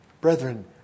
Brethren